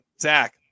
zach